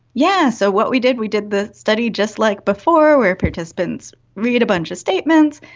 yeah so what we did, we did the study just like before where participants read a bunch of statements,